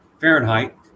fahrenheit